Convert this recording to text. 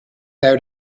out